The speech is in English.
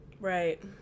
right